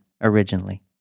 originally